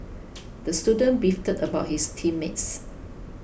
the student beefed about his team mates